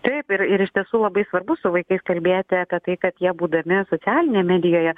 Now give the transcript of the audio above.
taip ir ir iš tiesų labai svarbu su vaikais kalbėti apie tai kad jie būdami socialinėje medijoje